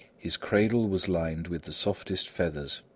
his cradle was lined with the softest feathers,